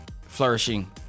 flourishing